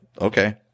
okay